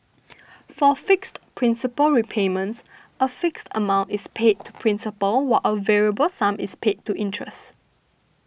for fixed principal repayments a fixed amount is paid to principal while a variable sum is paid to interest